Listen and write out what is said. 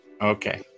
Okay